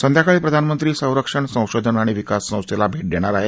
संध्याकाळी प्रधानमंत्री संरक्षण संशोधन आणि विकास संस्थेला भेट देणार आहेत